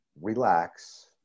relax